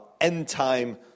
end-time